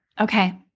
Okay